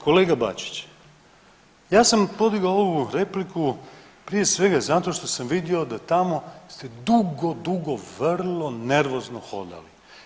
Kolega Bačić, ja sam podigao ovu repliku prije svega zato što sam vidio da tamo ste dugo, dugo vrlo nervozno hodali.